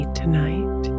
tonight